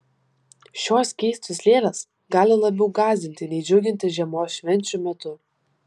šios keistos lėlės gali labiau gąsdinti nei džiuginti žiemos švenčių metu